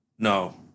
No